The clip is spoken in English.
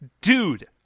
dude